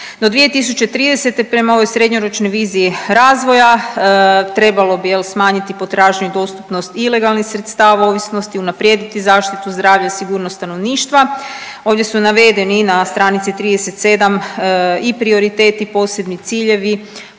No 2030. prema ovoj srednjoročnoj viziji razvoja trebalo bi, je li, smanjiti potražnju i dostupnost ilegalnih sredstava ovisnosti, unaprijediti zaštitu zdravlja i sigurnost stanovništva, ovdje su navedeni na stranici 37 i prioriteti, posebni ciljevi,